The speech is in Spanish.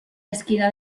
esquina